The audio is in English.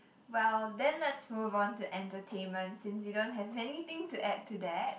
well then let's move on to entertainment since you don't have anything to add to that